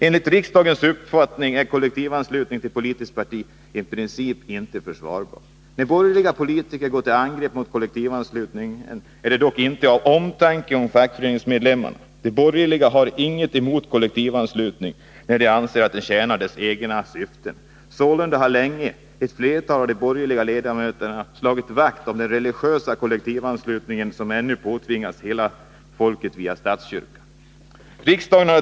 Enligt riksdagens uppfattning är kollektivanslutning till politiskt parti i princip inte försvarbar. När borgerliga politiker går till angrepp mot kollektivanslutningen är det dock inte av omtanke om fackföreningsmedlemmarna. De borgerliga har inget emot kollektivanslutning, när de anser att den tjänar deras egna syften. Sålunda har länge ett flertal av de borgerliga ledamöterna slagit vakt om den religiösa kollektivanslutning som ännu påtvingas hela folket via statskyrkan.